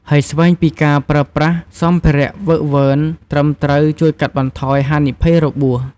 ហើយស្វែងពីការប្រើប្រាស់សម្ភារៈហ្វឹកហ្វឺនត្រឹមត្រូវជួយកាត់បន្ថយហានិភ័យរបួស។